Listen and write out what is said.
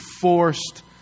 forced